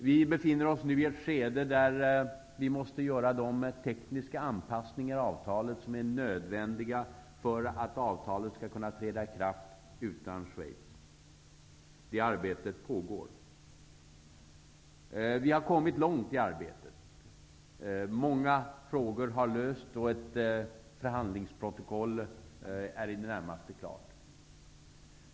Vi befinner oss nu i ett skede där vi måste göra de tekniska anpassningar av avtalet som är nödvändiga för att avtalet skall kunna träda i kraft utan Schweiz. Det arbetet pågår. Vi har kommit långt i arbetet. Många frågor har lösts och ett förhandlingsprotokoll är i det närmaste klart.